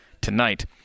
tonight